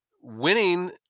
winning